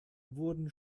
wurden